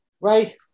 Right